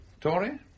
Tory